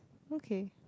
okay